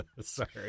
Sorry